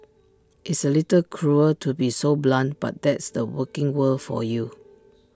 it's A little cruel to be so blunt but that's the working world for you